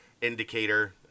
indicator